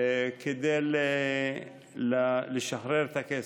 כדי לשחרר את הכסף.